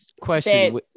Question